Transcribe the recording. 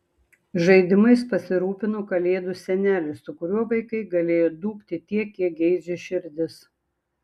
žaidimais pasirūpino kalėdų senelis su kuriuo vaikai galėjo dūkti tiek kiek geidžia širdis